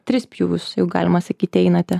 tris pjūvius jau galima sakyti einate